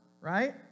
right